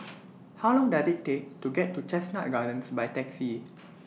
How Long Does IT Take to get to Chestnut Gardens By Taxi